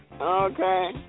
Okay